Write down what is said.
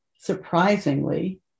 surprisingly